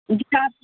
جی آپ